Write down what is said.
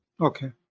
Okay